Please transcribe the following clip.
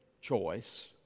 choice